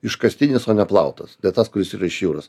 iškastinis o neplautas ne tas kuris yra iš jūros